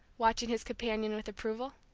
watching his companion with approval.